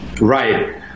right